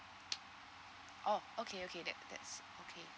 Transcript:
oh okay okay that that's okay